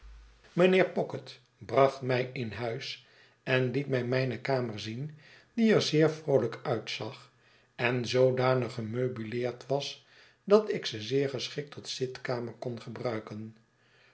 mijnheer pocket bracht mij in huis en liet mij mijne kamer zien die er zeer vroolijk uitzag en zoodanig gemeubileerd was dat ik ze zeer geschikt tot zitkamer kon gebruiken